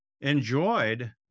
enjoyed